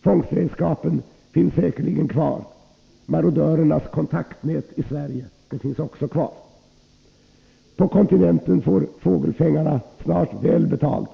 Fångstredskapen finns säkerligen kvar, marodörernas kontaktnät i Sverige finns också kvar. På kontinenten får fågelfångarna snart väl betalt.